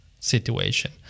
situation